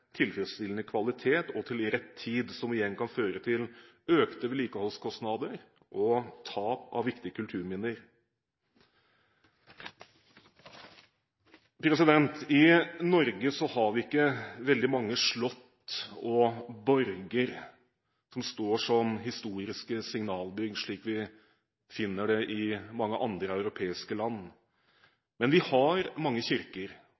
tilfredsstillende kvalitet og til rett tid, som igjen kan føre til økte vedlikeholdskostnader og tap av viktige kulturminner. I Norge har vi ikke veldig mange slott og borger som står som historiske signalbygg, slik vi finner i mange andre europeiske land. Men vi har mange kirker,